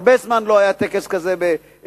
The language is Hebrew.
הרבה זמן לא היה טקס כזה בכנסת,